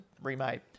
remade